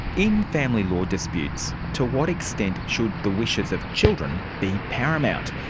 in family law disputes, to what extent should the wishes of children be paramount?